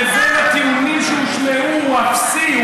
לבין הטיעונים שהושמעו הוא אפסי,